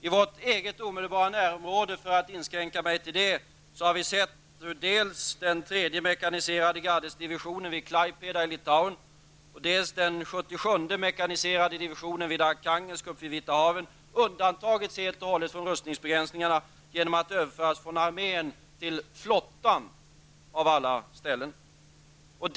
I vårt eget omedelbara närområde -- för att inskränka mig till det -- har vi sett hur dels den 3:e mekaniserade gardesdivisionen vid Klaipeda i Litauen och dels den 77:e mekaniserade divisionen vid Archangelsk uppe vid Vita havet, helt och hållet har undantagits från rustningsbegränsningarna genom att överföras från armén till -- av alla ställen -- flottan.